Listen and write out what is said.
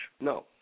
No